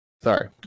sorry